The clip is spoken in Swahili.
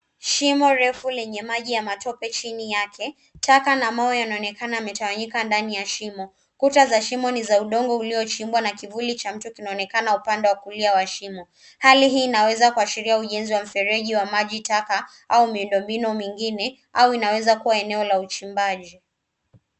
Shimo refu lenye maji ya matope chini yake, taka na mawe yanaonekana yametawanyika ndani ya shimo. Kuta za shimo ni za udongo uliochimbwa na kivuli cha mtu kinaonekana upande wa kulia wa shimo. Hali hii inaweza kuashiria ujenzi wa mfereji wa maji taka au miundombinu mingine au inaweza kuwa eneo la uchimbaji.